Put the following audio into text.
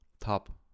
top